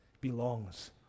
belongs